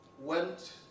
went